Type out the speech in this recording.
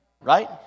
Right